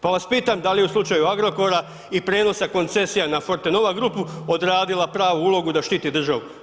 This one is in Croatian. Pa vas pitam da li u slučaju Agrokora i prijenosa koncesija na Fortenova grupu odradila pravu ulogu da štiti državu?